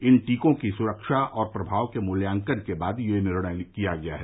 इन टीकों की सुरक्षा और प्रभाव के मूल्यांकन के बाद यह निर्णय किया गया है